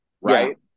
Right